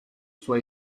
sua